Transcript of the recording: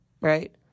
right